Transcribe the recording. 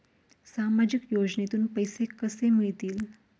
सामाजिक योजनेतून पैसे कसे मिळतील?